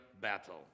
battle